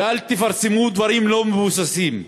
ואל תפרסמו דברים לא מבוססים.